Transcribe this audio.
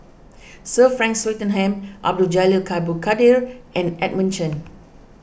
Sir Frank Swettenham Abdul Jalil Abdul Kadir and Edmund Chen